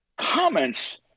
comments